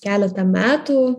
keletą metų